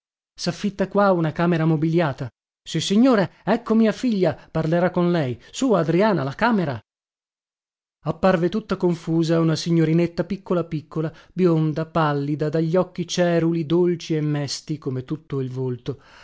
desidera saffitta qua una camera mobiliata sissignore ecco mia figlia parlerà con lei sù adriana la camera apparve tutta confusa una signorinetta piccola piccola bionda pallida dagli occhi ceruli dolci e mesti come tutto il volto